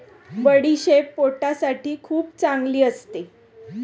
बडीशेप पोटासाठी खूप चांगली असते